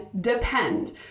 depend